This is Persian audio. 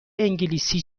انگلیسی